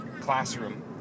classroom